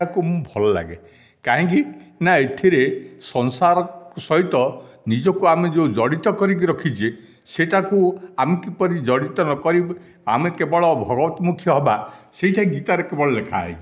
ଆକୁ ମୁଁ ଭଲ ଲାଗେ କାହିଁକି ନା ଏଥିରେ ସଂସାର ସହିତ ନିଜକୁ ଆମେ ଯେଉଁ ଜଡ଼ିତ କରିକି ରଖିଛେ ସେଇଟାକୁ ଆମେ କିପରି ଜଡ଼ିତ ନ କରି ଆମେ କେବଳ ଭଗବତ ମୁଖି ହେବା ସେଇଟା ଗୀତାରେ କେବଳ ଲେଖା ହୋଇଛି